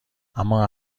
اما